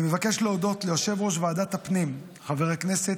אני מבקש להודות ליושב-ראש ועדת הפנים חבר הכנסת